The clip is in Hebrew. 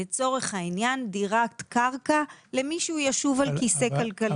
לצורך העניין דירת קרקע למי שהוא ישוב על כיסא גלגלים.